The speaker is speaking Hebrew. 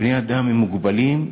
בני-אדם הם מוגבלים,